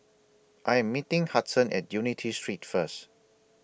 I Am meeting Hudson At Unity Street First